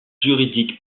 juridique